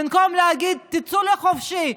במקום להגיד: תצאו לחופשי,